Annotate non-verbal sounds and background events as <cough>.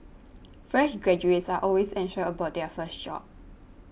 <noise> fresh graduates are always anxious about their first job